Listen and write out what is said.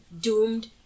doomed